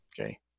okay